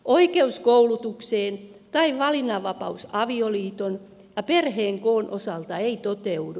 oikeus koulutukseen tai valinnanva paus avioliiton ja perheen koon osalta ei toteudu